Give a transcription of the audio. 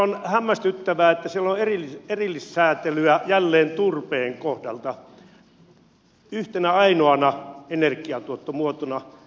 on hämmästyttävää että siellä on erillissäätelyä jälleen turpeen kohdalta yhtenä ainoana energiantuottomuotona